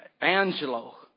Angelo